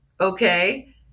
okay